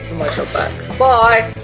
my job back boy